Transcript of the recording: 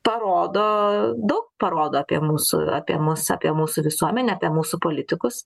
parodo daug parodo apie mūsų apie mus apie mūsų visuomenę apie mūsų politikus